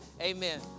Amen